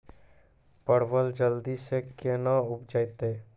परवल जल्दी से के ना उपजाते?